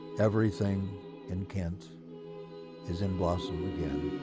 everything in kent is in blossom again.